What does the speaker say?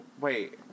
wait